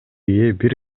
бир